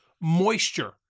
moisture